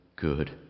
Good